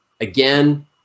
again